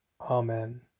Amen